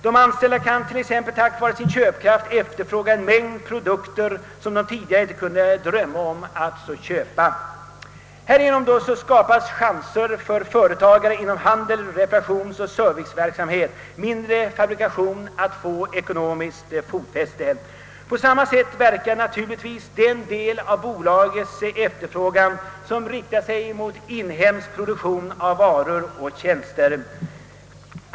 De anställda kan t.ex. tack vare sin nya köpkraft efterfråga en mängd produkter som de tidigare inte kunde drömma om att köpa. Härigenom skapas chanser för företagare inom handel, reparationsoch serviceverksamhet och mindre fabrikation att få ekonomiskt fotfäste. På samma sätt verkar naturligtvis den del av bolagets efterfrågan som riktar sig mot inhemsk produktion av varor och tjänster.